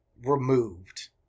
removed